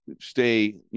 stay